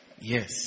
Yes